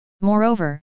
Moreover